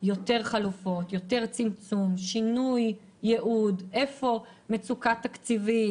יותר חלופות, שינוי ייעוד, איפה יש מצוקה תקציבית.